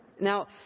Now